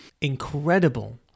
incredible